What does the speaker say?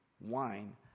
wine